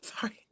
Sorry